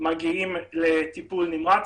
מגיעים לטיפול נמרץ.